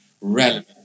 relevant